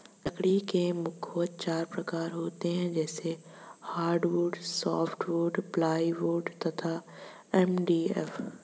लकड़ी के मुख्यतः चार प्रकार होते हैं जैसे हार्डवुड, सॉफ्टवुड, प्लाईवुड तथा एम.डी.एफ